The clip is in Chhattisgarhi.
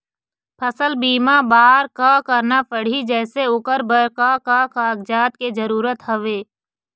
फसल बीमा बार का करना पड़ही जैसे ओकर बर का का कागजात के जरूरत हवे?